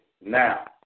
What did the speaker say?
Now